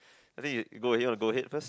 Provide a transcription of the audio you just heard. I think you you go ahead or I go ahead first